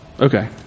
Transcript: Okay